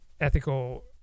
ethical